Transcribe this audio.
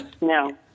No